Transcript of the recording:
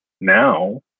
now